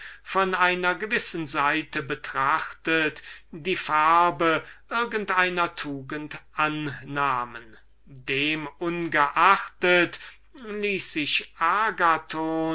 von einer gewissen seite betrachtet eine farbe der tugend annahmen indessen ließ sich